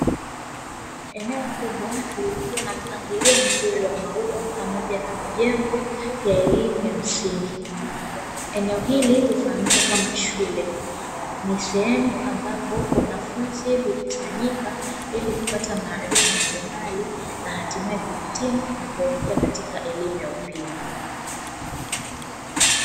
Eneo kubwa lililo na mpangalio mzuri wa maua pamoja na majengo ya elimu ya msingi, eneo hili hufahamika kama shule, ni sehemu ambapo wanafunzi hukusanyika ili kupata maarifa mbalimbali na hatimae kuhitimu na kuelekea katika elimu ya upili.